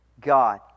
God